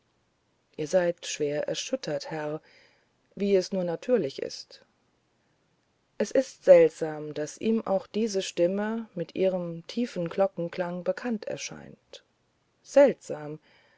ihr seid schwer erschüttert herr wie es nur natürlich ist es ist seltsam daß ihm auch diese stimme mit ihrem tiefen glockenklange bekannt erscheint seltsam